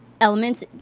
elements